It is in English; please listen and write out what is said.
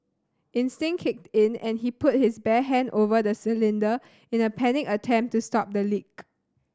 instinct kicked in and he put his bare hand over the cylinder in a panicked attempt to stop the leak